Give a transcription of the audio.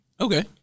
Okay